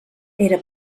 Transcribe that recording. era